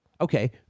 Okay